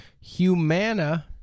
Humana